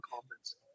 conference